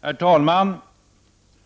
Herr talman!